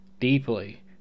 deeply